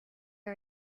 are